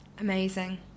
amazing